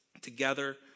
together